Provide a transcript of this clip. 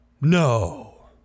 No